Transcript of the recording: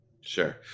Sure